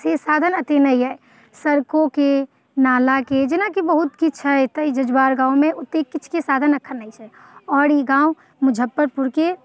से साधन एतऽ नहि अछि सड़कोके नालाके जेना कि बहुत किछु छै जजुआर गाममे ओतेक किछुके साधन एखन नहि छै आओर ई गाम मुजफ्फरपुरके